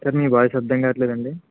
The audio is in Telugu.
సార్ మీ వాయిస్ అర్దం కావట్లేదండి